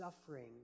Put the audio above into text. suffering